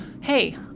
hey